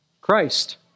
Christ